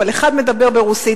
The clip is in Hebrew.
אבל אחד מדבר ברוסית,